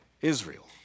Israel